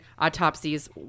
autopsies